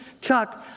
Chuck